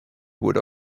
would